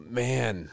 man